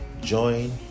join